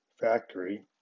Factory